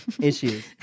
issues